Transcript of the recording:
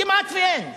כמעט אין.